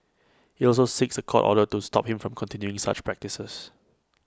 IT also seeks A court order to stop him from continuing such practices